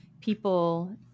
people